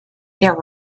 there